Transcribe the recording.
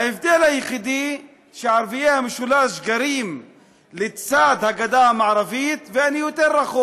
ההבדל היחיד הוא שערביי המשולש גרים לצד הגדה המערבית ואני רחוק יותר.